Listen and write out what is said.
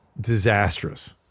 Disastrous